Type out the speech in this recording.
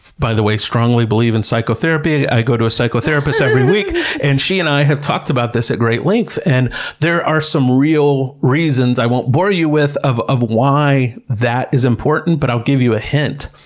by the way, strongly believe in psychotherapy, i go to a psychotherapist every week and she and i have talked about this at great length. and there are some real reasons i won't bore you with of of why that is important, but i'll give you a hint.